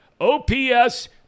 OPS